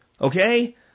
Okay